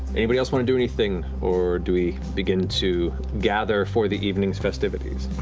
anybody else want to do anything, or do we begin to gather for the evening's festivities?